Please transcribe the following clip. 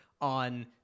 on